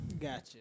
Gotcha